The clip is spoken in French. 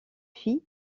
fille